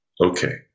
Okay